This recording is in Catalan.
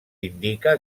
indica